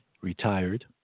Retired